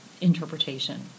interpretation